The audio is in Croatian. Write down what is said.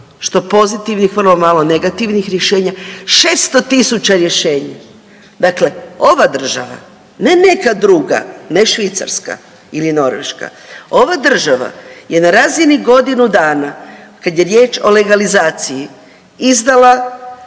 što pozitivnih, vrlo malo negativnih rješenja 600.000 rješenja. Dakle, ova država, ne neka druga, ne Švicarska ili Norveška, ova država je na razini godinu dana kad je riječ o legalizaciji